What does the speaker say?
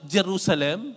Jerusalem